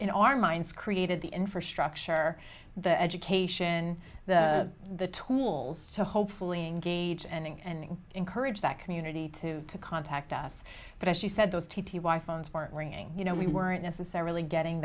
in our minds created the infrastructure the education the the tools to hopefully engage and encourage that community to contact us but as she said those t t y phones were ringing you know we weren't necessarily getting